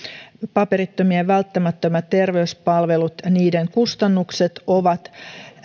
paperittomien välttämättömien terveyspalveluiden kustannukset ovat